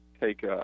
take